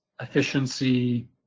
efficiency